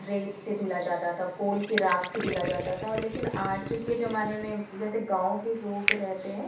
रेत से धुला जाता था कोल के राख से धुला जाता था लेकिन आज के जमाने जैसे गाँव के लोग रहते है